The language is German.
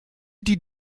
die